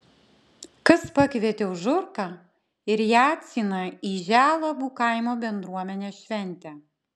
kas pakvietė užurką ir jacyną į želabų kaimo bendruomenės šventę